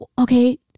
okay